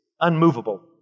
unmovable